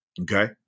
Okay